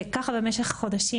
ככה במשך כמה חודשים.